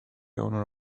owner